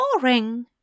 boring